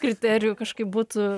kriterijų kažkaip būtų